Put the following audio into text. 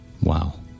wow